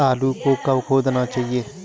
आलू को कब खोदना चाहिए?